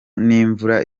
n’imvura